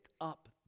up